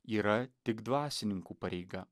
yra tik dvasininkų pareiga